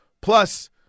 Plus